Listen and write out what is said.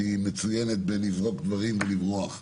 שהיא מצוינת בלזרוק דברים ולברוח.